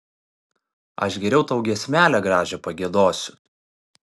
aš geriau tau giesmelę gražią pagiedosiu